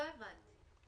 לא הבנתי.